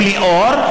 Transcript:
ולאור,